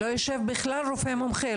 לא יושב בכלל רופא מומחה.